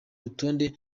rutonde